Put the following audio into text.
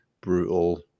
brutal